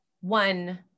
One